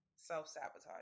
self-sabotage